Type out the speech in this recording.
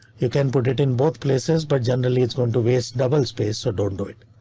you can put it in both places, but generally it's going to waste double space, so don't do it.